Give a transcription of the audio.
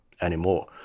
anymore